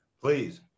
Please